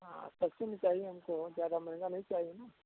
हाँ सस्ते में चाहिए हमको बहुत ज़्यादा महंगा नहीं चाहिए न